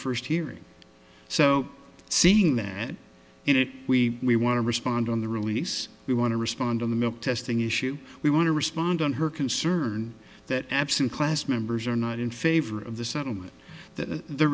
first hearing so saying that it we we want to respond on the release we want to respond on the milk testing issue we want to respond on her concern that absent class members are not in favor of the settlement th